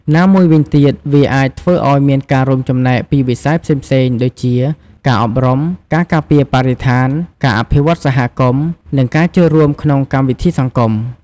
ណាមួយវិញទៀតវាអាចធ្វើឲ្យមានការរួមចំណែកពីវិស័យផ្សេងៗដូចជាការអប់រំ ការការពារបរិស្ថាន ការអភិវឌ្ឍសហគមន៍ និងការចូលរួមក្នុងកម្មវិធីសង្គម។